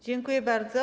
Dziękuję bardzo.